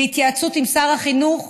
בהתייעצות עם שר החינוך,